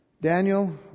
Daniel